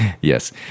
Yes